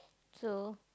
so